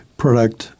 product